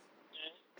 mm